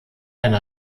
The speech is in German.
eine